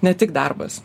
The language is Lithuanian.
ne tik darbas